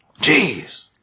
Jeez